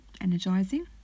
energizing